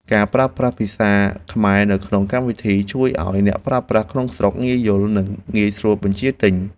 ការប្រើប្រាស់ភាសាខ្មែរនៅក្នុងកម្មវិធីជួយឱ្យអ្នកប្រើប្រាស់ក្នុងស្រុកងាយយល់និងងាយស្រួលបញ្ជាទិញ។